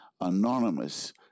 anonymous